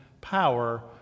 power